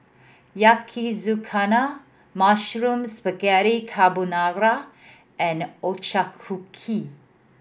Yakizakana Mushroom Spaghetti Carbonara and a Ochazuke